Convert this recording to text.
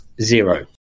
zero